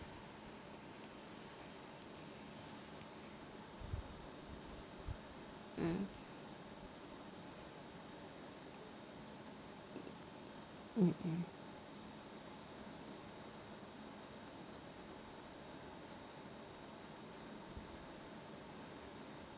mm mmhmm